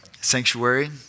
Sanctuary